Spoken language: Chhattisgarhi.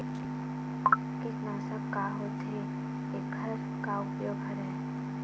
कीटनाशक का होथे एखर का उपयोग करबो?